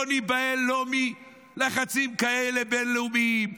לא ניבהל לא מלחצים כאלה בין-לאומיים,